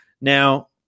Now